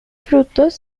frutos